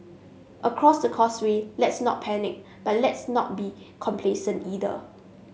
across the causeway let's not panic but let's not be complacent either